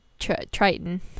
Triton